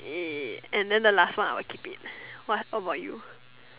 eh and then the last one I will keep it what what about you